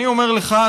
אני אומר לך,